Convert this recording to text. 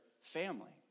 family